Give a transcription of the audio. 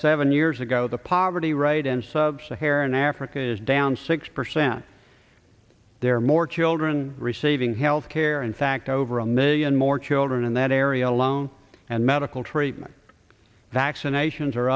seven years ago the poverty rate and subsaharan africa is down six percent there are more children receiving health care in fact over a million more children in that area alone and medical treatment vaccinations are